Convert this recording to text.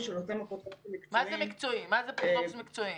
מה זה אפוטרופוס מקצועי?